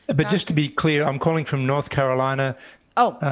but but just to be clear, i'm calling from north carolina oh,